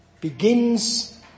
begins